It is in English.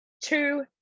two